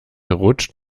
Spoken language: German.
rutscht